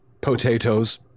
Potatoes